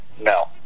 no